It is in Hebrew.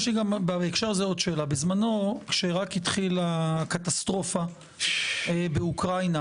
עוד שאלה: בזמנו כשרק התחילה הקטסטרופה באוקראינה,